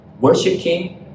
worshiping